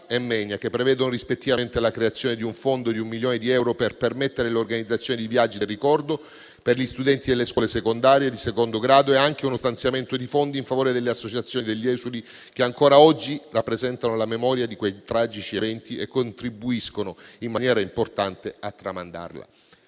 e Menia, che prevedono rispettivamente la creazione di un fondo di un milione di euro per permettere l'organizzazione di viaggi del ricordo per gli studenti delle scuole secondarie di secondo grado e uno stanziamento di fondi in favore delle associazioni degli esuli, che ancora oggi rappresentano la memoria di quei tragici eventi e contribuiscono in maniera importante a tramandarla.